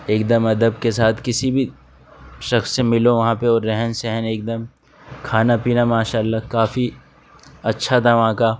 ایک دم ادب کے ساتھ کسی بھی شخص سے ملو وہاں پہ اور رہن سہن ایک دم کھانا پینا ماشاء اللہ کافی اچھا تھا وہاں کا